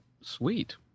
Sweet